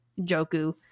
Joku